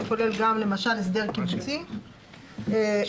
זה כולל גם הסדר קיבוצי, למשל.